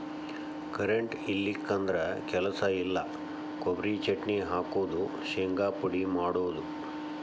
current ಇಲ್ಲಿಕಂದ್ರ ಕೆಲಸ ಇಲ್ಲಾ, ಕೊಬರಿ ಚಟ್ನಿ ಹಾಕುದು, ಶಿಂಗಾ ಪುಡಿ ಮಾಡುದು